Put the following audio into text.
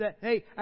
Hey